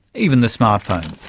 even the smart phone.